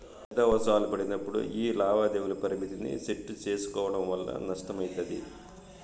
పెద్ద అవసరాలు పడినప్పుడు యీ లావాదేవీల పరిమితిని సెట్టు సేసుకోవడం వల్ల నష్టమయితది